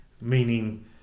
meaning